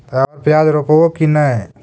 अबर प्याज रोप्बो की नय?